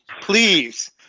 please